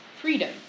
freedom